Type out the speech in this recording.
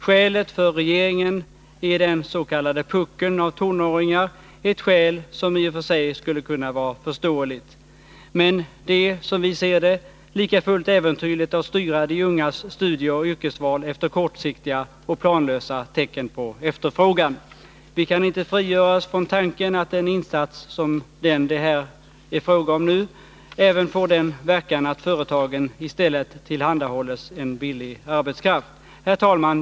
Skälet för regeringen är den s.k. puckeln av tonåringar — ett skäl som i och för sig skulle kunna vara förståeligt. Men det är, som vi ser det, lika fullt äventyrligt att styra de ungas studieoch yrkesval efter kortsiktiga och planlösa tecken på efterfrågan. Vi kan inte frigöra oss från tanken att den insats som det är fråga om nu även får den verkan att företagen i stället tillhandahålls billig arbetskraft. Herr talman!